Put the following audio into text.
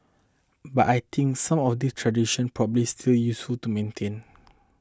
but I think some of these tradition probably still useful to maintain